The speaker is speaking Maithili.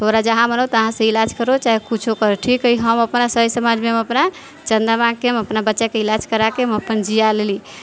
तोरा जहाँ मन हउ तहाँसँ इलाज करो चाहे किछु कर ठीक हइ हम अपना सही समाजमे हम अपना चन्दा माँगिके हम अपना बच्चाके इलाज कराके हम अपन जिआ लेली